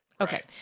okay